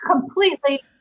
completely